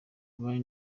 abandi